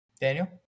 daniel